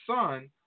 son